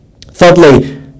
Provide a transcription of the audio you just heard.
Thirdly